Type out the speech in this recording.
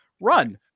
Run